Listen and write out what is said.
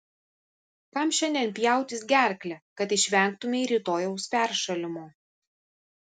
kam šiandien pjautis gerklę kad išvengtumei rytojaus peršalimo